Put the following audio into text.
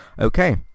Okay